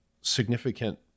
significant